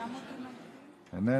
שתוארו בכתב האישום.